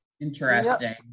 interesting